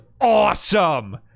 awesome